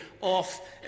off